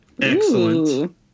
Excellent